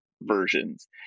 versions